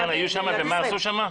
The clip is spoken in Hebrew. וכמה זמן היו שם ומה עשו שם?